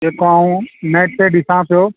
जेको आऊं नेट ते ॾिसां पियो